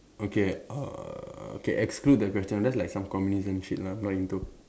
okay err okay exclude the question that's like some communism shit lah not into